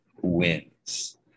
wins